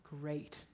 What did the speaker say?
great